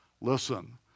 Listen